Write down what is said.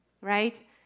right